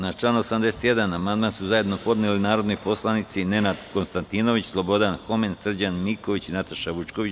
Na član 81. amandman su zajedno podneli narodni poslanici Nenad Konstantinović, Slobodan Homen, Srđan Miković i Nataša Vučković.